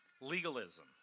legalism